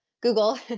google